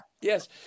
Yes